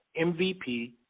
MVP